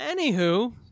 Anywho